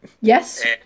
Yes